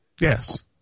Yes